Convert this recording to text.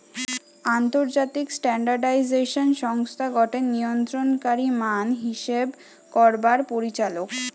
আন্তর্জাতিক স্ট্যান্ডার্ডাইজেশন সংস্থা গটে নিয়ন্ত্রণকারী মান হিসেব করবার পরিচালক